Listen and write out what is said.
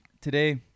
Today